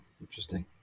Interesting